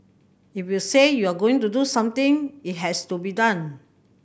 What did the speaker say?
if you say you are going to do something it has to be done